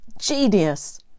Genius